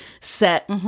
set